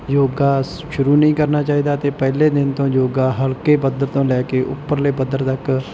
ਯੋਗਾ ਸ ਸ਼ੁਰੂ ਨਹੀਂ ਕਰਨਾ ਚਾਹੀਦਾ ਅਤੇ ਪਹਿਲੇ ਦਿਨ ਤੋਂ ਯੋਗਾ ਹਲਕੇ ਪੱਧਰ ਤੋਂ ਲੈ ਕੇ ਉੱਪਰਲੇ ਪੱਧਰ ਤੱਕ